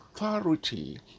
authority